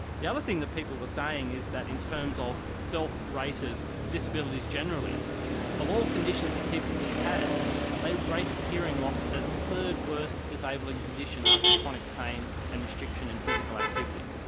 the other thing that people were saying is that in terms of self rated disabilities generally of all conditions that people could have they rated hearing loss as the third worst disabling condition after chronic pain and restriction in physical activity.